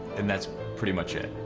and that's pretty much it.